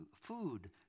food